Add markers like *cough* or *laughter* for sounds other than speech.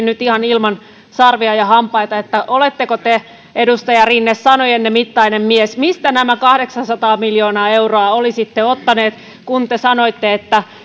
*unintelligible* nyt ihan ilman sarvia ja hampaita oletteko te edustaja rinne sanojenne mittainen mies mistä nämä kahdeksansataa miljoonaa euroa olisitte ottanut kun te sanoitte että